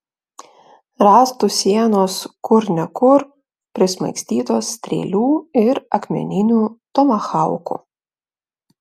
rąstų sienos kur ne kur prismaigstytos strėlių ir akmeninių tomahaukų